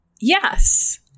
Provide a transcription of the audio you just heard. Yes